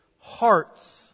hearts